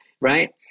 right